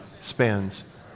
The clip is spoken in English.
spends